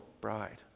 bride